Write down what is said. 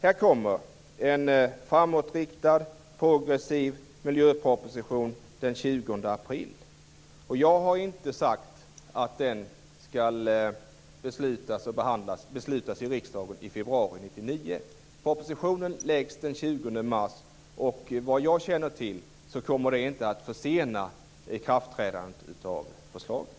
Här kommer en framåtriktad, progressiv miljöproposition den 20 april. Jag har inte sagt att det skall fattas beslut om den i riksdagen i februari 1999. Propositionen läggs fram den 20 april. Såvitt jag känner till kommer det inte att försena ikraftträdandet av förslaget.